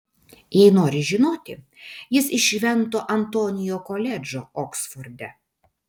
jei nori žinoti jis iš švento antonio koledžo oksforde